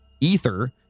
ether